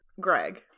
Greg